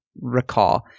recall